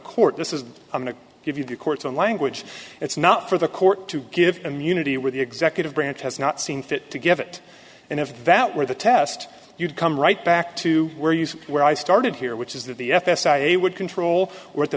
court this is going to give you the court's own language it's not for the court to give immunity where the executive branch has not seen fit to give it and if that were the test you'd come right back to where you say where i started here which is that the f s a would control where the